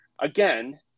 again